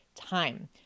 time